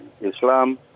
Islam